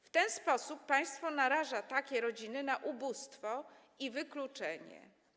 W ten sposób państwo naraża takie rodziny na ubóstwo i wykluczenie.